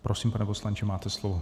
Prosím, pane poslanče, máte slovo.